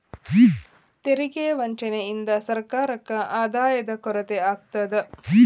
ತೆರಿಗೆ ವಂಚನೆಯಿಂದ ಸರ್ಕಾರಕ್ಕ ಆದಾಯದ ಕೊರತೆ ಆಗತ್ತ